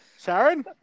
Sharon